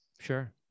Sure